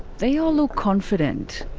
they all look confident.